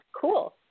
Cool